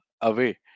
away